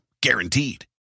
Guaranteed